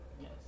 Yes